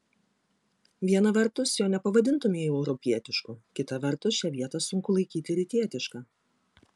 viena vertus jo nepavadintumei europietišku kita vertus šią vietą sunku laikyti rytietiška